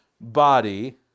body